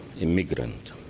immigrant